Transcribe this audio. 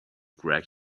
greg